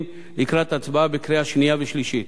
לקראת הצבעה בקריאה שנייה ושלישית.